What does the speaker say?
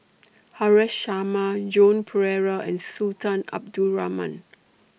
Haresh Sharma Joan Pereira and Sultan Abdul Rahman